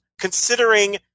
considering